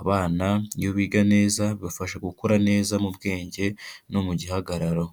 abana iyo biga neza bibafasha gukura neza mu bwenge no mu gihagararo.